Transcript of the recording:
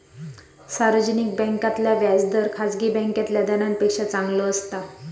सार्वजनिक बॅन्कांतला व्याज दर खासगी बॅन्कातल्या दरांपेक्षा चांगलो असता